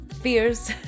fears